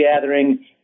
gathering